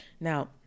Now